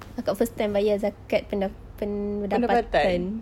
akak first time bayar zakat penda~ pendapatan